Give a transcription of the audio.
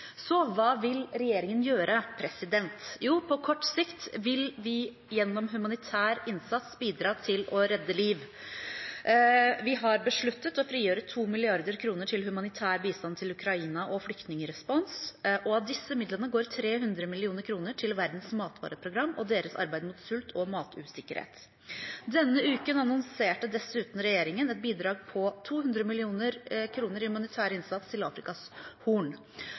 Så, hva vil regjeringen gjøre? Jo, på kort sikt vil vi gjennom humanitær innsats bidra til å redde liv. Vi har besluttet å frigjøre 2 mrd. kr til humanitær bistand til Ukraina og flyktningerespons, og av disse midlene går 300 mill. kr til Verdens matvareprogram og deres arbeid mot sult og matusikkerhet. Denne uken annonserte dessuten regjeringen et bidrag på 200 mill. kr i humanitær innsats til Afrikas horn.